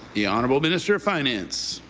the honourable minister of finance.